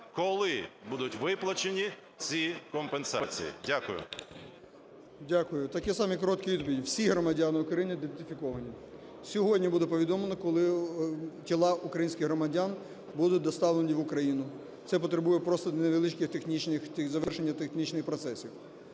Коли будуть виплачені ці компенсації? Дякую. 11:21:53 ПРИСТАЙКО В.В. Дякую. Такі самі короткі відповіді. Всі громадяни України ідентифіковані. Сьогодні буде повідомлено, коли тіла українських громадян будуть доставлені в Україну. Це потребує просто невеличких технічних…, завершення технічних процесів.